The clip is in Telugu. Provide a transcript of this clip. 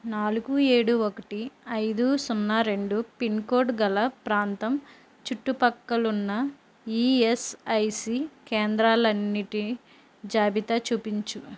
నాలుగు ఏడు ఒకటి ఐదు సున్నా రెండు పిన్ కోడ్ గల ప్రాంతం చుట్టు ప్రక్కల ఉన్న ఇయస్ఐసి కేంద్రాలన్నింటి జాబితా చూపించుము